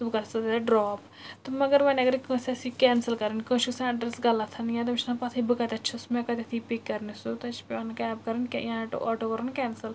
تہٕ بہٕ کَرَتھ ژٕ تَتیٚتھ ڈرٛاپ تہٕ مگر وۄنۍ اگرٔے کٲنٛسہِ آسہِ یہِ کیٚنسل کَرٕنۍ کٲنٛسہِ چھُ آسان ایٚڈرَس غلط یا تٔمِس چھَنہٕ آسان پَتہٕے بہٕ کَتیٚتھ چھُس مےٚ کَتیٚتھ یی پِک کرنہِ سُہ تَتیٚتھ چھِ پیٚوان کیب کَرٕنۍ ٲں یا آٹُو کَرُن کیٚنسَل